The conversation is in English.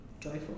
joyful